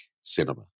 cinema